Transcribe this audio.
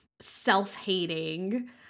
self-hating